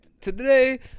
Today